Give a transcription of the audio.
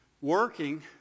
working